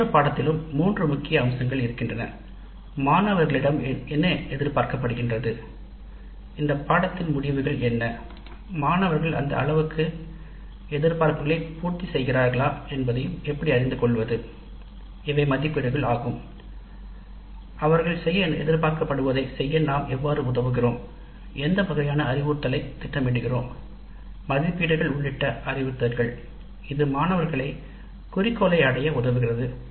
ஒவ்வொரு பாடத்திலும் இவை மூன்று முக்கிய அம்சங்களாகும் மாணவர்களிடம் என்று எதிர்பார்க்கப்படுகிறது இத்திட்டத்தின் குறிக்கோள் என்ன மாணவர்கள் எந்த அளவுக்கு எதிர்பார்ப்புகளை மூர்த்தி செய்கிறார்கள் என்பதை எப்படி அறிந்து கொள்வது இவை மதிப்பீடுகள் ஆகும் அவர்கள் செய்ய எதிர்பார்க்கப்படுவதைச் செய்ய நாம் எவ்வாறு உதவுவது எந்த வகையான அறிவுறுத்தலைத் திட்டமிடுவது மதிப்பீடுகள் உள்ளிட்ட அறிவுறுத்தல்கள் இது மாணவர்களை குறிக்கோள்களை அடைய உதவுகிறது